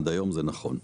עד היום זה נכון,